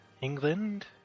England